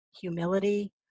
humility